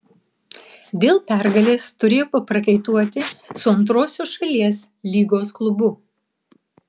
dėl pergalės turėjo paprakaituoti su antrosios šalies lygos klubu